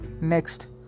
Next